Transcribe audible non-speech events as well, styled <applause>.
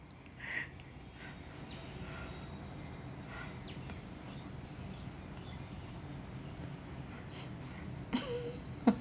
<laughs>